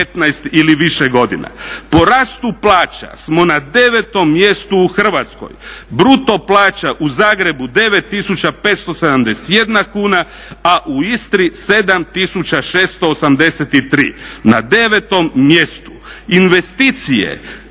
na 9 mjestu